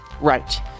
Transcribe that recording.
Right